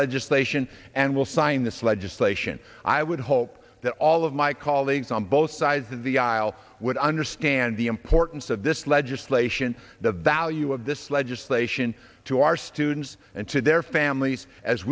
legislation and will sign this legislation i would hope that all of my colleagues on both sides of the aisle would understand the importance of this legislation the value of this legislation to our students and to their families as